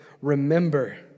Remember